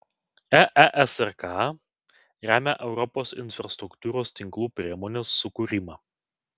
eesrk remia europos infrastruktūros tinklų priemonės sukūrimą